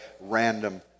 random